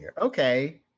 Okay